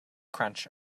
crunch